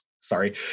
sorry